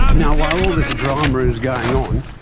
now, while all this drama is going on,